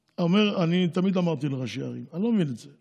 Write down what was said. תמיד אמרתי לראשי הערים: אני לא מבין את זה.